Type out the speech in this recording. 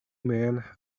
men